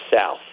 south